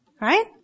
Right